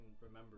remember